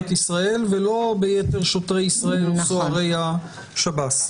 ישראל ולא ביתר שוטרי ישראל וסוהרי השב"ס.